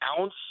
ounce